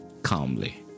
Calmly